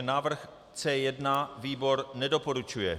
Návrh C1. Výbor nedoporučuje.